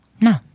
No